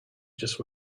just